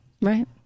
Right